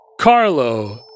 Carlo